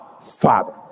Father